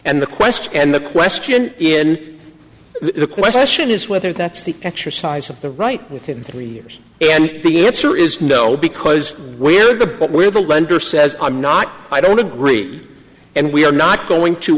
and the question and the question in question is whether that's the exercise of the right within three years and the answer is no because where the but where the lender says i'm not i don't agree and we are not going to